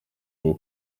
rwo